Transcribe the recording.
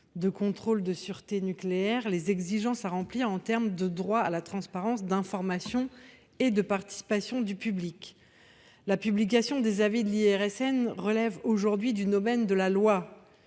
de contrôle de la sûreté nucléaire, les exigences à remplir en termes de droit à la transparence, d’information et de participation du public. La publication des avis de l’IRSN relève aujourd’hui du domaine de la loi.